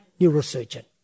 neurosurgeon